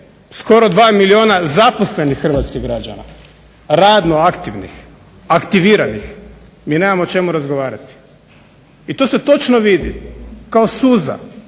skoro 2 milijuna zaposlenih hrvatskih građana, radno aktivnih, aktiviranih, mi nemamo o čemu razgovarati. I to se točno vidi kao suza